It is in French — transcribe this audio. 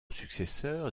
successeur